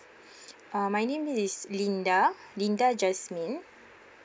ah my name is linda linda jasmine